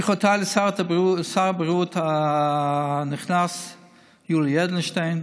ברכותיי לשר הבריאות הנכנס יולי אדלשטיין,